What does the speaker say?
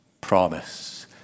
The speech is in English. promise